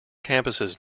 campuses